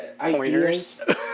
ideas